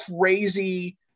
crazy